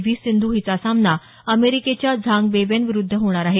V Sindhu हिचा सामना अमेरिकेच्या झांग बैवेन विरुद्ध होणार आहे